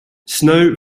snow